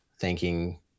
thanking